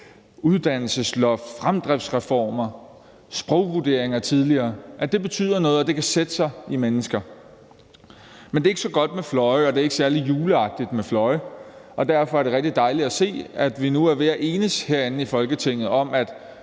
uddannelsesloft, fremdriftsreformer og tidligere sprogvurderinger, altså at det betyder noget og kan sætte sig i mennesker. Men det er ikke så godt med fløje, og det er ikke særlig juleagtigt med fløje, og derfor er det rigtig dejligt at se, at vi nu er ved at enes herinde i Folketinget om, at